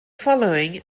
following